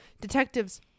detectives